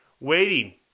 Waiting